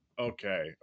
Okay